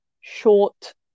short